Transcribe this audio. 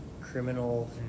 criminal